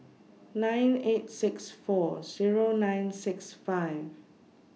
nine eight six four Zero nine six five